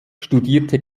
studierte